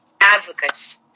advocates